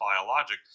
biologic